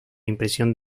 impresión